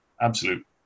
absolute